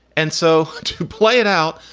and so to play it out,